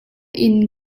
inn